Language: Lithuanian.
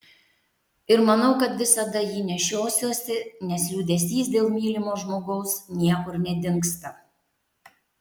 ir manau kad visada jį nešiosiuosi nes liūdesys dėl mylimo žmogaus niekur nedingsta